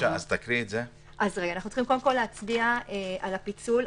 אנחנו צריכים קודם כול להצביע על הפיצול.